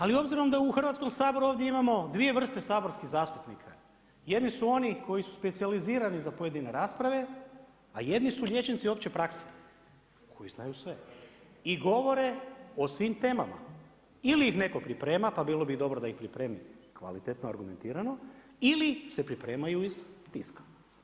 Ali obzirom da ovdje u Hrvatskom saboru imamo dvije vrste saborskih zastupnika, jedni su oni koji su specijalizirani za pojedine rasprave, a jedni su liječnici opće prakse koji znaju sve i govore o svim temama ili ih neko priprema, pa bilo bi dobro da ih pripremi kvalitetno, argumentirano ili se pripremaju iz tiska.